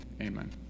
amen